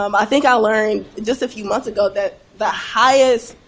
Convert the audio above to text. um i think i learned just a few months ago that the highest